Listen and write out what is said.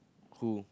who